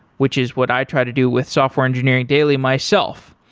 which is what i try to do with software engineering daily myself,